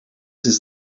his